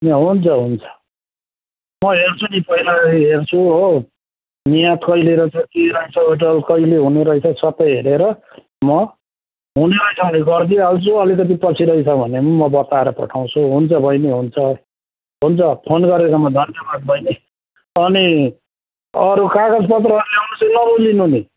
ए हुन्छ हुन्छ म हेर्छु नि पहिला हेर्छु हो यहाँ कहिले रहेछ के रहेछ कहिले हुने रहेछ सबै हेरेर म हुने रहेछ भने गरिदिई हाल्छु अलिकति पछि रहेछ भने पनि म बताएर पठाउँछु हुन्छ बैनी हुन्छ हुन्छ फोन गरेकोमा धन्यवाद बैनी अनि अरू कागजपत्र ल्याउनु चाहिँ नभुलिनु नि